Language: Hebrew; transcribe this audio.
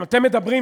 אתם מדברים,